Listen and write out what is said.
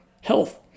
health